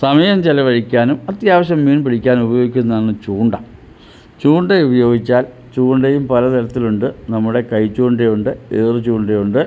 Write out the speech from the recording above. സമയം ചെലവഴിക്കാനും അത്യാവശ്യം മീൻ പിടിക്കാനും ഉപയോഗിക്കുന്നതാണ് ചൂണ്ട ചൂണ്ട ഉപയോഗിച്ചാൽ ചൂണ്ടയും പല തരത്തിലുണ്ട് നമ്മുടെ കൈ ചൂണ്ടയുണ്ട് ഏറു ചൂണ്ടയുണ്ട്